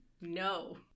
No